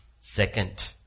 Second